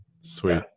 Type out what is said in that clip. Sweet